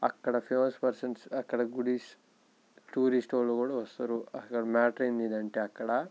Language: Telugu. అక్కడ ఫేమస్ పర్సన్స్ అక్కడ గుడీస్ టూరిస్ట్ వాళ్ళు కూడా వస్తారు అసలు మ్యాటర్ ఏంటంటే అక్కడ